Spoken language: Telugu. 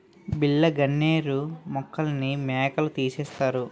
బిళ్ళ గన్నేరు మొక్కల్ని మేకలు తినేశాయి